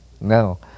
No